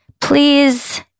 please